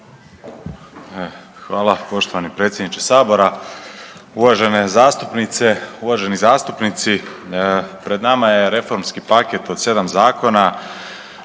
Hvala poštovani predsjedniče sabora. Uvažene zastupnice, uvaženi zastupnici pred nama je reformski paket od 7 zakona